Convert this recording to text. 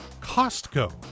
Costco